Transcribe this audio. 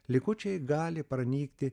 likučiai gali pranykti